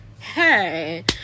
Hey